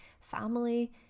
family